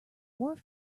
wharf